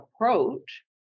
approach